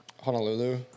Honolulu